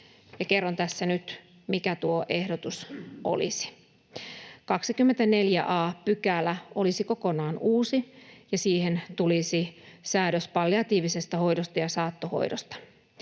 kerron tässä nyt, mikä tuo ehdotus olisi. 24 a § olisi kokonaan uusi, ja siihen tulisi säädös palliatiivisesta hoidosta ja saattohoidosta: